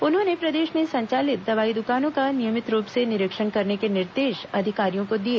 उन्होंने प्रदेश में संचालित दवा ई दुकानों का नियमित रूप से निरीक्षण करने के निर्देश अधिकारियों को दिए